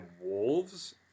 wolves